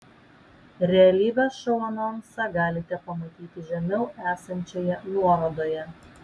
realybės šou anonsą galite pamatyti žemiau esančioje nuorodoje